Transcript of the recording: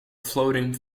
floating